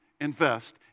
invest